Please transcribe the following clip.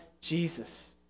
Jesus